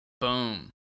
Boom